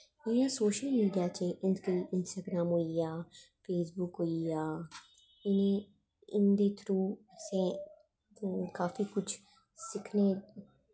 इ'यां social media च Instagram होइया फेसबुक होइया ते इंदे थ्रू असें काफी कुछ सिक्खने